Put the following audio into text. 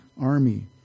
army